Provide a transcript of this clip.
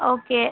okay